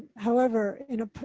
however, in a,